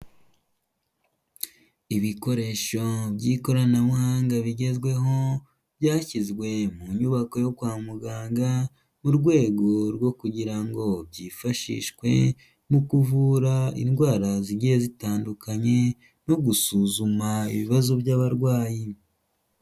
Ibikoresho by'ikoranabuhanga bigezweho, byashyizwe mu nyubako yo kwa muganga mu rwego rwo kugira ngo byifashishwe mu kuvura indwara zigiye zitandukanye no gusuzuma ibibazo by'abarwayi.